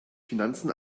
finanzen